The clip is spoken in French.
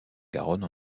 garonne